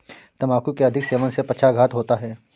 तंबाकू के अधिक सेवन से पक्षाघात होता है